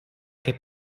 che